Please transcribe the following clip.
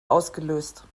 ausgelöst